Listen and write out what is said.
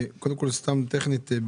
קודם כל סתם טכנית,